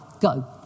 Go